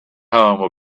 home